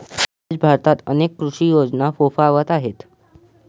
आज भारतात अनेक कृषी योजना फोफावत आहेत